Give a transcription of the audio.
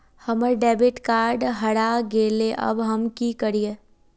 हमर debit card हरा गेले अब हम की करिये?